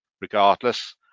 regardless